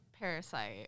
Parasite